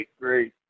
Great